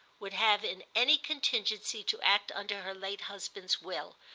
would have in any contingency to act under her late husband's will,